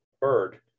bird